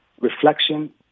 reflection